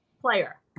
player